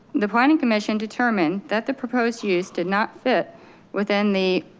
the planning commission determined that the proposed use did not fit within the.